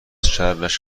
شرش